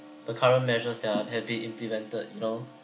a current measures that are heavy implemented you know